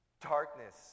darkness